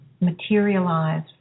materialize